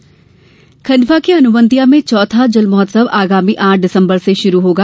जल महोत्सव खंडवा के हनुवंतिया में चौथा जल महोत्सव आगामी आठ दिसम्बर से शुरू होगा